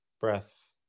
breath